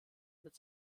mit